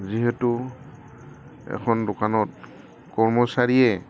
যিহেতু এখন দোকানত কৰ্মচাৰীয়ে